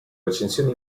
recensioni